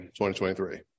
2023